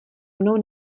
mnou